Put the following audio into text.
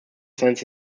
sends